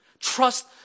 Trust